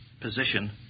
position